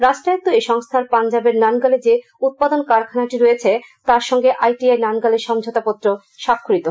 রাষ্ট্রায়ত্ত এই সংস্থার পাঞ্জাবের নানগালে যে উৎপাদন কারখানাটি রয়েছে তার সঙ্গে আইটিআই নানগালের সমঝোতাপত্র স্বাক্ষরিত হয়েছে